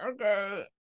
okay